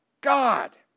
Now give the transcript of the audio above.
God